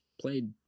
played